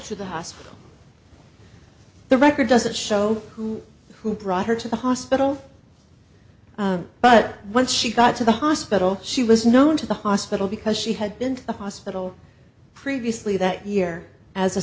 to the hospital the record doesn't show who who brought her to the hospital but once she got to the hospital she was known to the hospital because she had been a hospital previously that year as a